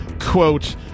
quote